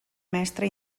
mestre